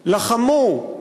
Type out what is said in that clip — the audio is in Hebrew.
לחמו,